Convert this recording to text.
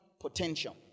potential